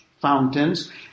fountains